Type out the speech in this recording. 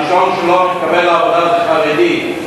הראשון שלא מתקבל לעבודה הוא חרדי,